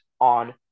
on